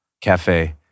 Cafe